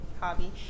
hobby